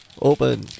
Open